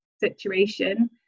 situation